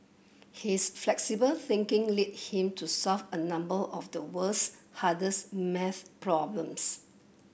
his flexible thinking lead him to solve a number of the world's hardest maths problems